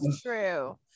true